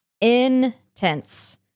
intense